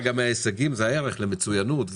מההישגים זה הערך למצוינות.